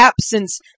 absence